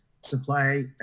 supply